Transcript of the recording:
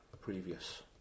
previous